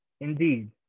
Indeed